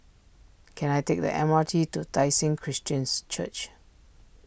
can I take the M R T to Tai Seng Christians Church